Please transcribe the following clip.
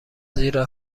زیرا